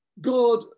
God